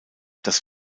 das